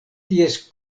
ties